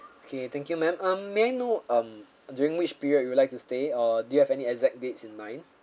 okay thank you ma'am uh may I know um during which period you would like to stay or do you have any exact dates in mind